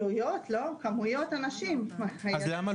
עלויות, כמויות, יכול להיות